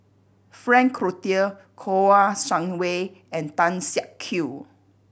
Frank Cloutier Kouo Shang Wei and Tan Siak Kew